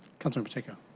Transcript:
kind of in particular.